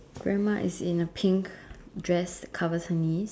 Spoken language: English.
grandma is in a pink dress covers her knees